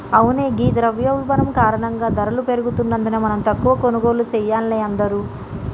అవునే ఘీ ద్రవయోల్బణం కారణంగా ధరలు పెరుగుతున్నందున మనం తక్కువ కొనుగోళ్లు సెయాన్నే అందరూ